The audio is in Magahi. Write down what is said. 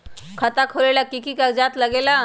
खाता खोलेला कि कि कागज़ात लगेला?